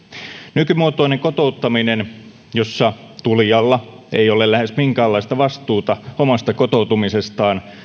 nykymuotoinen kotouttaminen jossa tulijalla ei ole lähes minkäänlaista vastuuta omasta kotoutumisestaan